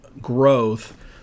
growth